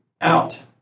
out